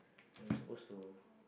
you suppose to